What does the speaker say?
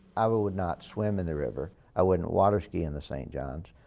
i would would not swim in the river, i wouldn't water ski in the st. johns,